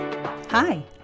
Hi